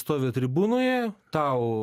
stovi tribūnoje tau